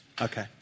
Okay